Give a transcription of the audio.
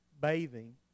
bathing